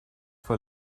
for